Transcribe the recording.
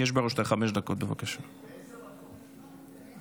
(חופשה מיוחדת לאסיר),